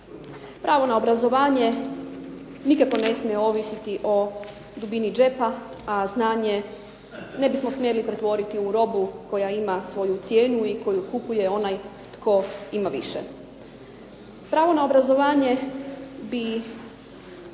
Pravo na obrazovanje nikako ne smije ovisiti o dubini džepa, a znanje ne bismo smjeli pretvoriti u robu koja ima svoju cijenu i koju kupuje onaj tko ima više. Pravo na obrazovanje bi